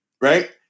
right